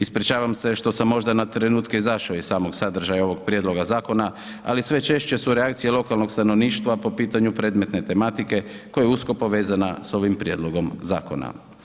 Ispričavam se što sam možda na trenutke izašao iz samog sadržaja ovog prijedloga zakona ali sve češće su reakcije lokalnog stanovništva po pitanju predmetne tematike koja je usko povezana sa ovim prijedlogom zakona.